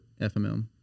FMM